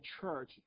church